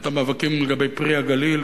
את המאבקים לגבי "פרי הגליל".